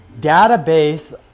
database